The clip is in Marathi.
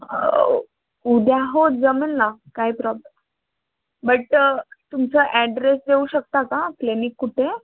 उद्या हो जमेल ना काही प्रॉब बट तुमचं ॲड्रेस देऊ शकता का क्लिनिक कुठे